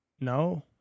No